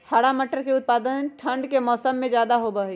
हरा मटर के उत्पादन ठंढ़ के मौसम्मा में ज्यादा होबा हई